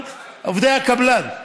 על עובדי הקבלן.